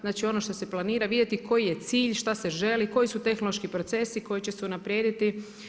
Znači ono što se planira vidjeti koji je cilj, šta se želi, koji su tehnološki procesi koji će se unaprijediti.